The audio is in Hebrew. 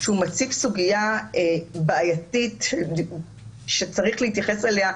שהוא מציג סוגיה בעייתית שצריך להתייחס אליה,